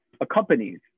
accompanies